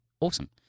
Awesome